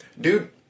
Dude